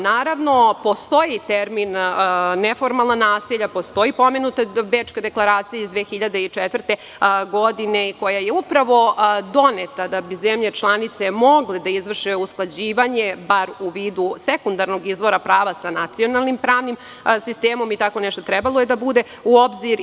Naravno, postoji termin - neformalna naselja, postoji pomenuta Bečka deklaracija iz 2004. godine, koja je upravo doneta da bi zemlje članice mogle da izvrše usklađivanje bar u vidu sekundarnog izvora prava sa nacionalnim pravnim sistemom, i tako nešto trebalo je da bude uzeto u obzir.